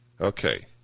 Okay